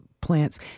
Plants